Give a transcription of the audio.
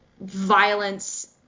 Violence